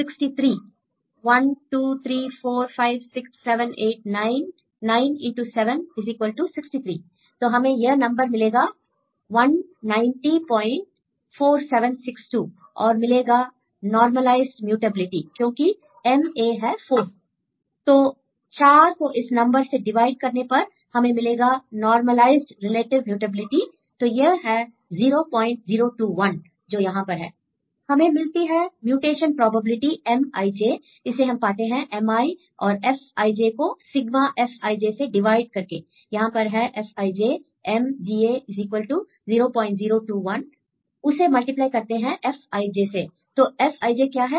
student 63 63 1 2 3 4 5 6 7 8 9 97 63 तो हमें यह नंबर मिलेगा 1904762 और मिलेगा नॉर्मलाइज्ड म्यूटएबिलिटी क्योंकि MA है 4 तो चार को इस नंबर से डिवाइड करने पर हमें मिलेगा नॉर्मलाइज्ड रिलेटिव म्यूटएबिलिटी तो यह है 0021 जो यहां पर है I हमें मिलती है म्यूटेशन प्रोबेबिलिटी Mij इसे हम पाते हैं mj और Fij को सिगमा Fij से डिवाइड करके I यहां पर है Fij MGA 0021 उसे मल्टीप्लाई करते हैं Fij से I तो Fij क्या है